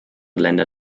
länder